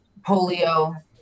polio